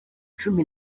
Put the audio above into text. cumi